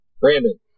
Brandon